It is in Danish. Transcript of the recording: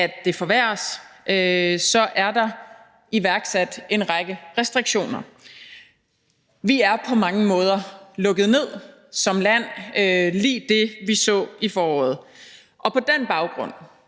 at det forværres, er der iværksat en række restriktioner. Vi er på mange måder lukket ned som land lig det, vi så i foråret, og på den baggrund